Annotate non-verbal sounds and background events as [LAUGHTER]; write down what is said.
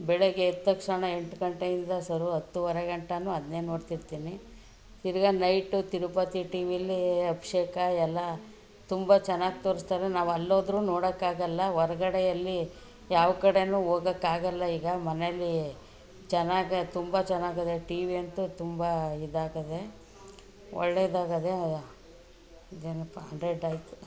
ಬೆಳಗ್ಗೆ ಎದ್ದ ತಕ್ಷಣ ಎಂಟು ಗಂಟೆಯಿಂದ ಸರು ಹತ್ತುವರೆ ಗಂಟನೂ ಅದನ್ನೇ ನೋಡ್ತಿರ್ತೀನಿ ತಿರುಗಾ ನೈಟ್ ತಿರುಪತಿ ಟಿವಿಯಲ್ಲಿ ಅಭಿಷೇಕ ಎಲ್ಲ ತುಂಬ ಚೆನ್ನಾಗಿ ತೋರಿಸ್ತಾರೆ ನಾವು ಅಲ್ಲೋದ್ರೂ ನೋಡೋಕ್ಕಾಗೋಲ್ಲ ಹೊರ್ಗಡೆ ಎಲ್ಲಿ ಯಾವ ಕಡೆಯೂ ಹೋಗೋಕ್ಕಾಗೋಲ್ಲ ಈಗ ಮನೆಯಲ್ಲಿ ಚೆನ್ನಾಗಿ ತುಂಬ ಚೆನ್ನಾಗಿದೆ ಟಿವಿಯಂತೂ ತುಂಬ ಇದಾಗಿದೆ ಒಳ್ಳೆಯದಾಗಿದೆ [UNINTELLIGIBLE] ಇದೇನಪ್ಪ ಹಂಡ್ರೆಡ್ ಆಯ್ತು